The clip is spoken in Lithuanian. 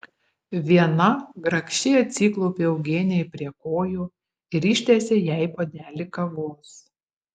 viena grakščiai atsiklaupė eugenijai prie kojų ir ištiesė jai puodelį kavos